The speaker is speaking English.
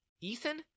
Ethan